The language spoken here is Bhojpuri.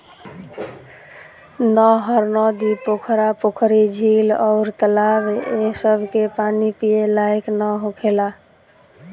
नहर, नदी, पोखरा, पोखरी, झील अउर तालाब ए सभ के पानी पिए लायक ना होखेला